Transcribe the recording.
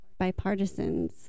bipartisans